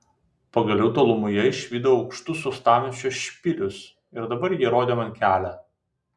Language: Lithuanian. pagaliau tolumoje išvydau aukštus uostamiesčio špilius ir dabar jie rodė man kelią